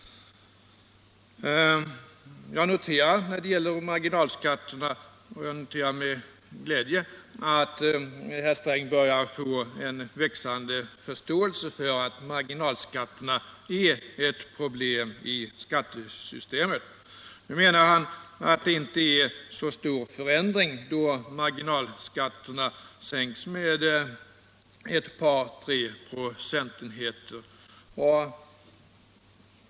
Jag noterar med glädje att herr Sträng när det gäller marginalskatterna börjar få en växande förståelse för att marginalskatterna är ett problem i skattesystemet. Nu menar han att förändringen inte är så stor då marginalskatterna sänks med 2-3 procentenheter.